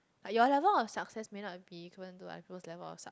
but your level of success may not be equivalent to my equivalence of